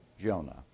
Jonah